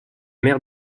mer